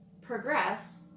progress